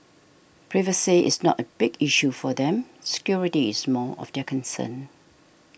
privacy is not a big issue for them security is more of their concern